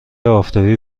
آفتابی